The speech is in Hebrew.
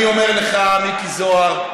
אני אומר לך, מיקי זוהר: